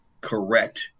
correct